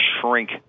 shrink